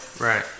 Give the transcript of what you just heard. Right